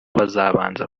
bazabanza